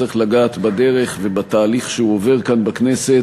צריך לגעת בדרך ובתהליך שהוא עובר כאן בכנסת.